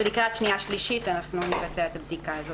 ולקראת קריאה שנייה ושלישית אנחנו נבצע את הבדיקה הזאת.